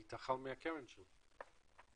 היא תאכל מהקרן שלה,